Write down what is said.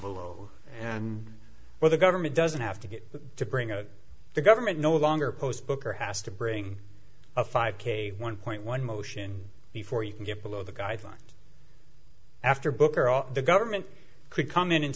zero and where the government doesn't have to get to bring out the government no longer post booker asked to bring a five k one point one motion before you can get below the guidelines after booker or the government could come in and